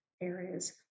areas